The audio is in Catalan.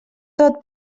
tot